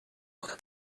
کنم